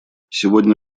сегодня